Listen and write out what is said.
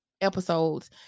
episodes